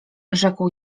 rzekł